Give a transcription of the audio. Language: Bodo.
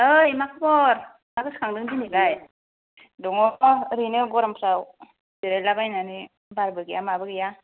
आइ मा खबर मा गोसोखांदों दिनैलाय दङ' मा एरैनो गरमफ्राव जेरायला बायनानै बाल बो गैया माबो गैया